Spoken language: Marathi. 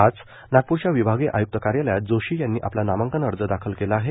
आज नागप्रच्या विभागीय आय्क्त कार्यालयात जोशी यांनी आपला नामांकन अर्ज दाखल केला आहे